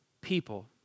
people